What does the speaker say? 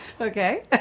Okay